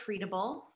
treatable